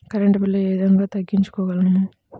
Current bill ఏ విధంగా తగ్గించుకోగలము?